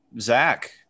Zach